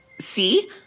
See